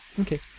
Okay